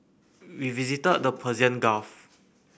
we visited the Persian Gulf